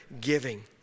giving